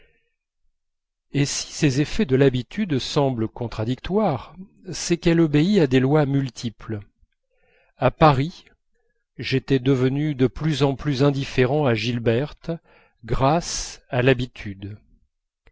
et si ces effets de l'habitude semblent contradictoires c'est qu'elle obéit à des lois multiples à paris j'étais devenu de plus en plus indifférent à gilberte grâce à l'habitude